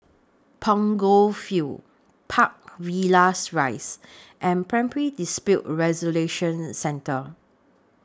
Punggol Field Park Villas Rise and Primary Dispute Resolution Centre